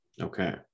Okay